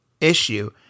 issue